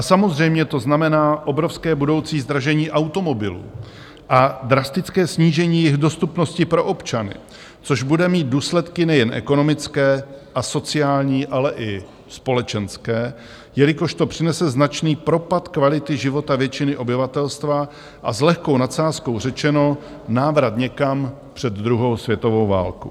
Samozřejmě to znamená obrovské budoucí zdražení automobilů a drastické snížení jejich dostupnosti pro občany, což bude mít důsledky nejen ekonomické a sociální, ale i společenské, jelikož to přinese značný propad kvality života většiny obyvatelstva a s lehkou nadsázkou řečeno návrat někam před druhou světovou válku.